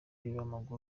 w’umupira